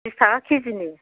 बिस थाखा केजि नि